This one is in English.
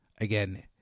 again